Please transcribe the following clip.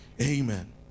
amen